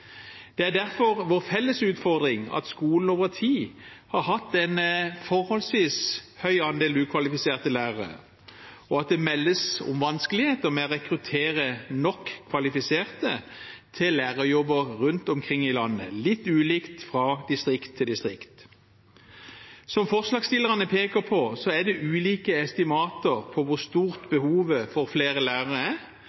Det er derfor vår felles utfordring at skolen over tid har hatt en forholdsvis høy andel ukvalifiserte lærere, og at det meldes om vanskeligheter med å rekruttere nok kvalifiserte til lærerjobber rundt omkring i landet, litt ulikt fra distrikt til distrikt. Som forslagsstillerne peker på, er det ulike estimater for hvor stort